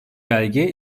belge